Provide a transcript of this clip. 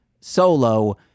solo